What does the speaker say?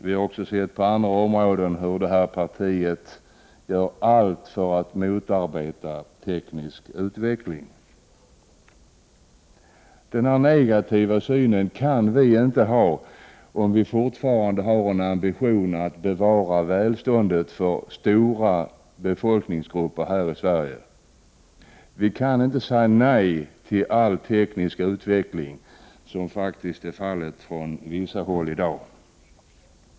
Vi har även på andra områden sett hur miljöpartiet gör allt för att motarbeta teknisk utveckling. Denna negativa syn kan vi inte ha om vi fortfarande har ambitionen att bevara välståndet för stora befolkningsgrupper i Sverige. Vi kan inte säga nej till all teknisk utveckling, vilket faktiskt görs från vissa håll i dag.